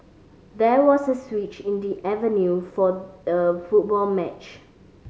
there was a switch in the avenue for the football match